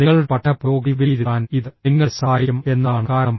നിങ്ങളുടെ പഠന പുരോഗതി വിലയിരുത്താൻ ഇത് നിങ്ങളെ സഹായിക്കും എന്നതാണ് കാരണം